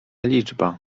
liczba